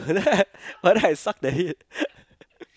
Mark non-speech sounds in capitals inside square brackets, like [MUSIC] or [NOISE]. [LAUGHS] then but then I sucked at it